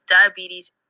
diabetes